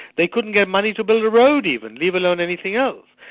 they couldn't get money to build a road even, leave alone anything else.